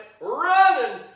running